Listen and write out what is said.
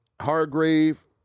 Hargrave